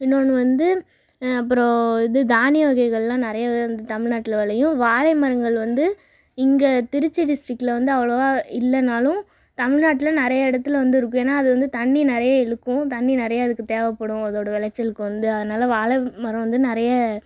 இன்னொன்று வந்து அப்புறம் தானிய வகைகள் எல்லாம் வந்து நிறையவே தமிழ்நாட்டில் விளையும் வாழை மரங்கள் வந்து இங்கே திருச்சி டிஸ்ட்ரிக்டில் அவ்வளவா இல்லைனாலும் தமிழ்நாட்டில் நிறைய இடத்தில் வந்து இருக்கும் ஏன்னால் அது வந்து தண்ணி நிறைய இழுக்கும் தண்ணி நிறைய அதுக்கு தேவைப்படும் அதனுடைய விளைச்சலுக்கு வந்து அதனால் வாழை மரம் வந்து நிறைய